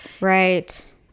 Right